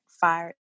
fire